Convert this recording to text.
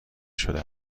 شده